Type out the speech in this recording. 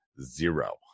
zero